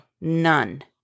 None